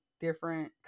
different